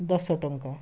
ଦଶ ଟଙ୍କା